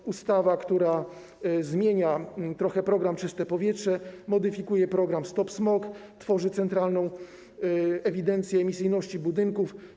To ustawa, którą zmienia się trochę program „Czyste powietrze”, modyfikuje się program „Stop smog”, tworzy się Centralną Ewidencję Emisyjności Budynków.